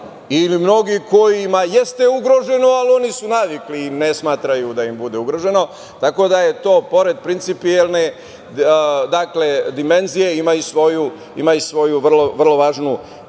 ili mnogima kojima jeste ugroženo oni su navikli i ne smatraju da im je ugroženo. Tako da, pored principijelne dimenzije, to ima i svoju vrlo važnu